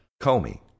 Comey